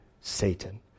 Satan